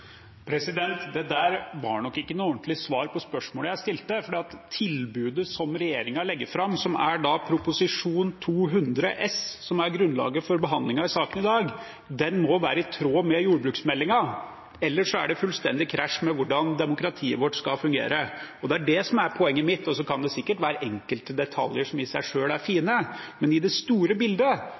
var nok ikke noe ordentlig svar på spørsmålet jeg stilte, for tilbudet regjeringen legger fram, som er Prop. 200 S for 2020–2021, som er grunnlaget for behandlingen av saken i dag, må være i tråd med jordbruksmeldingen, ellers er det fullstendig krasj med hvordan demokratiet vårt skal fungere. Og det er det som er poenget mitt. Så kan det sikkert være enkeltdetaljer som i seg selv er fine, men i det store bildet